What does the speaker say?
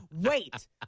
Wait